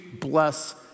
bless